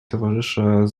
towarzysze